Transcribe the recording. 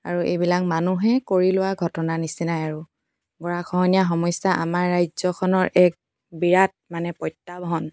আৰু এইবিলাক মানুহে কৰি লোৱা ঘটনা নিচিনাই আৰু গৰাখহনীয়া সমস্যা আমাৰ ৰাজ্যখনৰ এক বিৰাট মানে প্ৰত্যাহ্বান